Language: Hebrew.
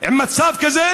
עם מצב כזה,